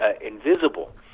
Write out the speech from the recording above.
invisible